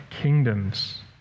kingdoms